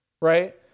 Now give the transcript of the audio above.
right